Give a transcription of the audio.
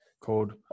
called